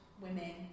women